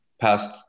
past